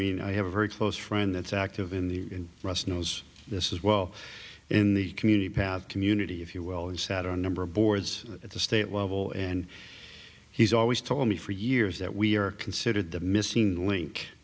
mean i have a very close friend that's active in the us knows this is well in the community path community if you will he sat on a number of boards at the state level and he's always told me for years that we are considered the missing link